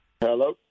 Hello